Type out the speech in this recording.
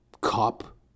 Cop